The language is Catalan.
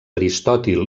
aristòtil